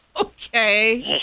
Okay